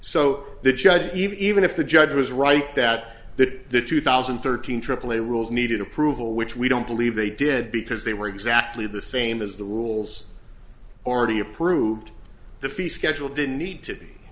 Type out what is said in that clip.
judge even if the judge was right that that the two thousand and thirteen aaa rules needed approval which we don't believe they did because they were exactly the same as the rules already approved the fee schedule didn't need to be